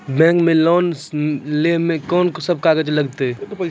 Bank मे loan लै मे कोन सब कागज लागै छै?